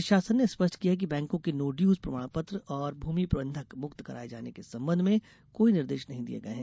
राज्य शासन ने स्पष्ट किया है कि बैंकों के नोड्यूज प्रमाण पत्र और भूमि बंधक मुक्त कराये जाने के संबंध में कोई निर्देश नहीं दिये गये हैं